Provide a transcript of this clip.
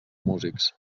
músics